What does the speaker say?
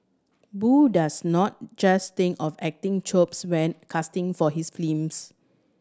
Boo does not just think of acting chops when casting for his